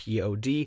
POD